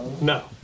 No